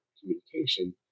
communication